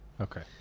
Okay